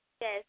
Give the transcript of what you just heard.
Yes